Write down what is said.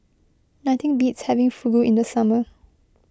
nothing beats having Fugu in the summer